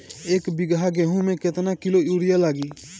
एक बीगहा गेहूं में केतना किलो युरिया लागी?